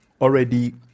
already